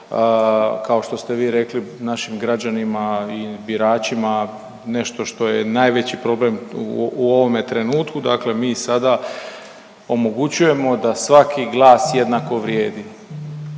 kao što ste vi rekli našim građanima i biračima nešto što je najveći problem u ovome trenutku, dakle mi sada omogućujemo da svaki glas jednako vrijedi,